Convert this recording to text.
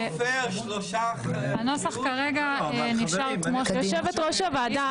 הנוסח כרגע נשאר --- יושבת ראש הוועדה,